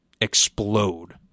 explode